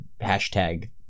hashtag